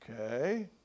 Okay